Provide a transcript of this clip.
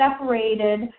separated